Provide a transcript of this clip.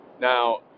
Now